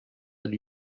lui